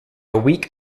weak